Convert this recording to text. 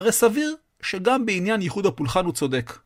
הרי סביר שגם בעניין ייחוד הפולחן הוא צודק.